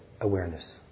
awareness